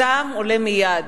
הזעם עולה מייד.